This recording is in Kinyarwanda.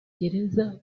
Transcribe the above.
gereza